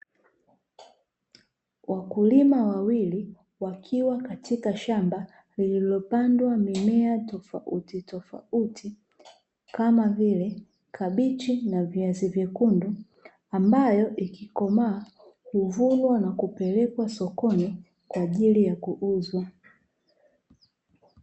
Wakulima wawili wakiwa katika shamba lililopandwa mimea tofauti tofauti, kama vile kabichi na viazi vyekundu, ambayo ikikomaa huvunwa na kupelekwa sokoni, kwa ajili ya kuuzwa.